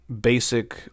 basic